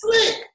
slick